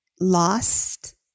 lost